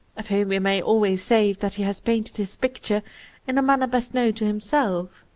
of whom we may always say that he has painted his picture in a manner best known to himself.